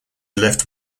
left